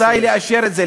מתי לאשר את זה?